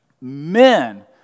men